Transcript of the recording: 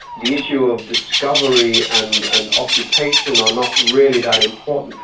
the issue of discovery and and occupation are not really that important.